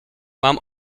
mam